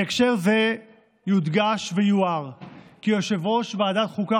בהקשר זה יודגש ויוער כי יושב-ראש ועדת החוקה,